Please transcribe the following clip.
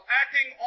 acting